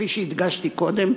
כפי שהדגשתי קודם,